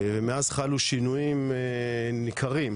ומאז חלו שינויים ניכרים,